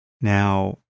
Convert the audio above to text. Now